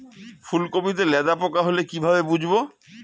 ফুলকপিতে লেদা পোকা হলে কি ভাবে বুঝবো?